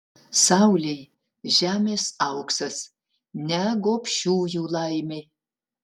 saulei žemės auksas ne gobšiųjų laimei